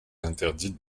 interdite